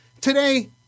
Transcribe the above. Today